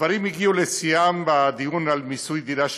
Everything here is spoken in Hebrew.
הדברים הגיעו לשיאם בדיון על מיסוי דירה שלישית,